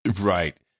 Right